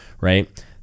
Right